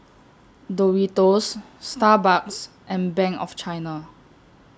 Doritos Starbucks and Bank of China